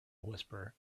whisperer